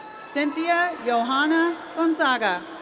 cynthia yohanna gonzaga.